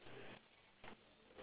eat the yellow colour things